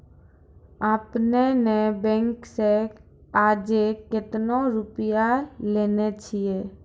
आपने ने बैंक से आजे कतो रुपिया लेने छियि?